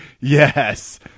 yes